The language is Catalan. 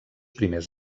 primers